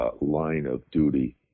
line-of-duty